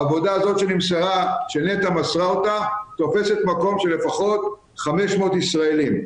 העבודה הזאת שנת"ע מסרה אותה תופסת מקום של לפחות 500 ישראלים.